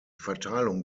verteilung